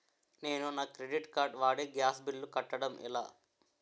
నేను నా credit card వాడి గ్యాస్ బిల్లు కట్టడం ఎలా?